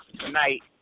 tonight